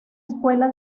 escuela